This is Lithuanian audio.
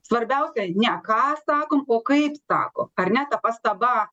svarbiausia ne ką sakom o kaip sakom ar ne ta pastaba